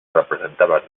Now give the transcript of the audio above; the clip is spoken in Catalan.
representaven